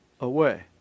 away